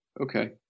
okay